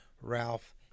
Ralph